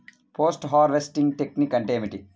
Post harvesting technique అంటే ఏమిటీ?